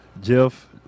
Jeff